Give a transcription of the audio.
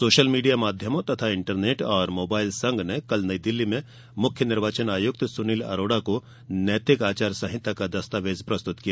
social media माध्यमों तथा internet और मोबाइल संघ ने कल नई दिल्ली में मुख्य निर्वाचन आयुक्त सुनील अरोड़ा को नैतिक आचार संहिता का दस्तावेज प्रस्तुत किया